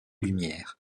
lumière